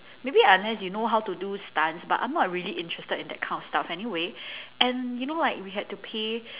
maybe unless you know how to do stunts but I'm not really interested in that kind of stuff anyway and you know like we had to pay